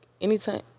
Anytime